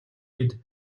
бид